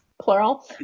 plural